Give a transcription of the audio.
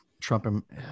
Trump